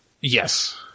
Yes